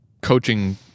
coaching